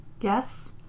Yes